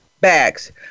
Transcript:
bags